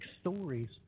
stories